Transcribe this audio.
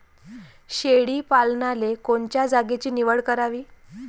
शेळी पालनाले कोनच्या जागेची निवड करावी?